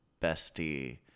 bestie